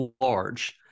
large